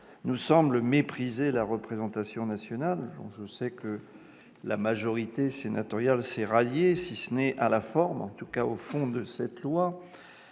nous semble mépriser la représentation nationale. Je sais que la majorité sénatoriale s'est ralliée, si ce n'est sur la forme, en tout cas sur le fond à ce projet de loi.